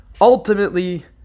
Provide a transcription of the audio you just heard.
ultimately